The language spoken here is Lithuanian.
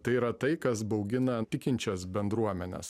tai yra tai kas baugina tikinčias bendruomenes